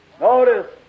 Notice